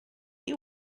you